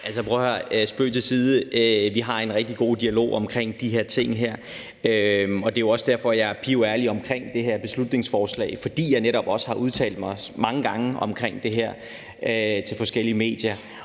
vi har en rigtig god dialog omkring de her ting. Det er jo også derfor, at jeg er piværlig omkring det her beslutningsforslag. Det er, fordi jeg netop også har udtalt mig mange gange omkring det her til forskellige medier.